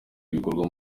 ibikorwa